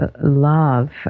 love